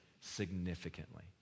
significantly